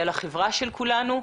על החברה של כולנו,